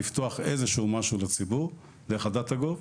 הסכימו לפתוח איזשהו משהו לציבור דרך ה-Data Gov,